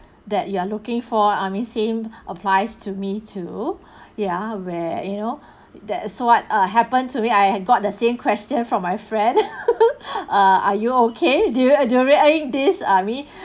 that you are looking for I mean same applies to me too ya where you know that's what uh happen to me I had got the same question from my friend ah are you okay during uh during eh this I mean